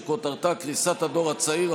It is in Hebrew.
שכותרתה: קריסת הדור הצעיר,